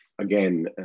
Again